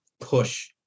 push